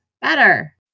better